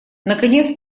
наконец